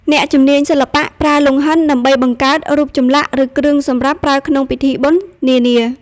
អ្នកជំនាញសិល្បៈប្រើលង្ហិន ដើម្បីបង្កើតរូបចម្លាក់ឬគ្រឿងសម្រាប់ប្រើក្នុងពិធីបុណ្យនានា។